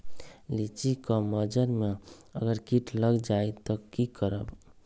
लिचि क मजर म अगर किट लग जाई त की करब?